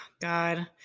God